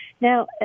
Now